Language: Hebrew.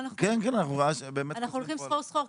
לא, אני חושבת שאנחנו הולכים סחור סחור.